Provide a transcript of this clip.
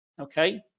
okay